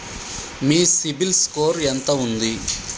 మీ CIBIL score ఎంత ఉంది?